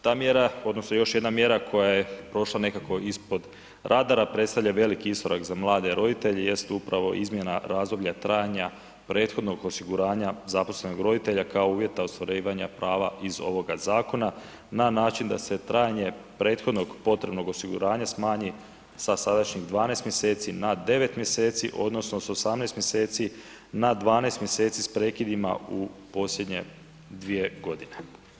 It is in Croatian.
Ta mjera odnosno još jedna mjera koja je prošla nekako ispod radara predstavlja velik iskorak za mlade roditelja jer se upravo izmjena razdoblja trajanja prethodnog osiguranja zaposlenog roditelja kao uvjeta ostvarivanja prava iz ovoga zakona na način da se trajanje prethodnog potrebnog osiguranja smanji sa sadašnjih 12 mjeseci na 9 mjeseci odnosno s 18 mjeseci na 12 mjeseci s prekidima u posljednje 2 godine.